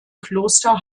kloster